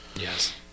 Yes